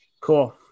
Cool